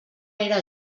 era